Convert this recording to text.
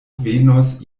venos